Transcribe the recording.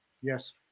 Yes